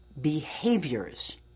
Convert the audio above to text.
behaviors